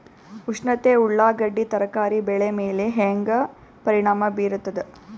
ಉಷ್ಣತೆ ಉಳ್ಳಾಗಡ್ಡಿ ತರಕಾರಿ ಬೆಳೆ ಮೇಲೆ ಹೇಂಗ ಪರಿಣಾಮ ಬೀರತದ?